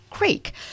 Creek